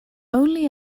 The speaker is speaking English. only